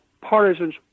partisans